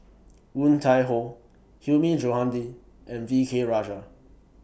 Woon Tai Ho Hilmi Johandi and V K Rajah